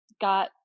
got